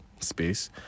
space